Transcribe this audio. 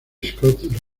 scott